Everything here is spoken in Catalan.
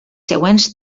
següents